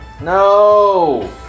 No